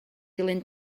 dilyn